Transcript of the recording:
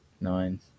nine